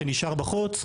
שנשאר בחוץ.